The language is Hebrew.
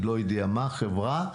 לא יודע מה חברה,